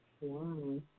Wow